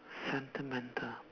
sentimental